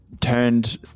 turned